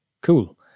cool